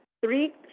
three